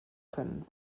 können